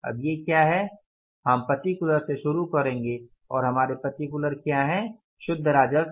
अब ये क्या है हम पर्टिकुलर से शुरू करेंगे और हमारे पर्टिकुलर क्या है शुद्ध राजस्व